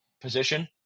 position